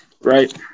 Right